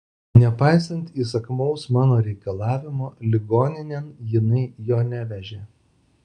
nepaisant įsakmaus mano reikalavimo ligoninėn jinai jo nevežė